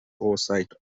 oversight